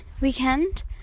weekend